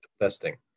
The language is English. testing